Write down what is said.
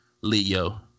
Leo